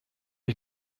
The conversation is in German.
ich